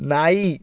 ನಾಯಿ